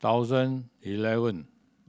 thousand eleven